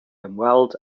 ymweld